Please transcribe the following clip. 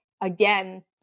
again